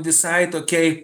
visai tokiai